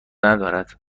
ندارد